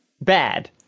Bad